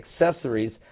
accessories